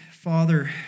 Father